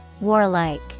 Warlike